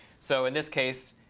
so in this case,